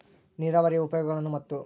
ನೇರಾವರಿಯ ಉಪಯೋಗಗಳನ್ನು ಮತ್ತು?